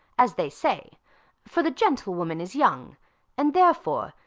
as they say for the gentlewoman is young and, therefore,